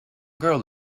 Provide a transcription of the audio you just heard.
girl